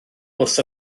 wrth